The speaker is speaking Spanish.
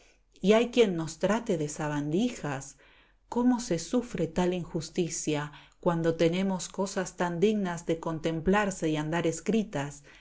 y hay quien nos trate de sabandijas cómo se sufre tal injusticia cuando tenemos cosas tan dignas de contemplarse y andar escritas